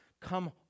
Come